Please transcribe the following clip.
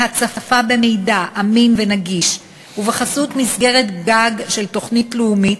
ההצפה במידע אמין ונגיש בחסות מסגרת גג של תוכנית לאומית,